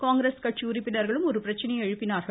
காங்கிரஸ் கட்சி உறுப்பினர்களும் ஒரு பிரச்சனையை எழுப்பினார்கள்